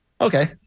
Okay